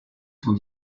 sont